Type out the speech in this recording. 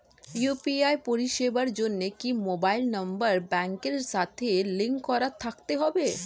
UPI পরিষেবার জন্য কি মোবাইল নাম্বার ব্যাংকের সাথে লিংক করা থাকতে হবে?